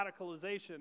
radicalization